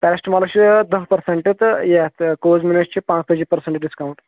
پرسٹٕمالس چھُ دہ پرسنٹ تہٕ یتھ کوٗزمِنس چھِ پانژتٲجی پٔرسنٹ ڈِسکاوُنٹ